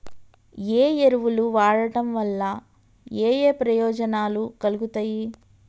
ఏ ఎరువులు వాడటం వల్ల ఏయే ప్రయోజనాలు కలుగుతయి?